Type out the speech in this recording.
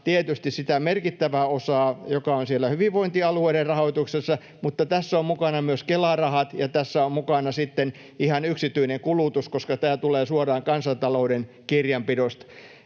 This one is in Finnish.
tietysti sitä merkittävää osaa, joka on siellä hyvinvointialueiden rahoituksessa. Mutta tässä ovat mukana myös Kela-rahat, ja tässä on mukana ihan yksityinen kulutus, koska tämä tulee suoraan kansantalouden kirjanpidosta.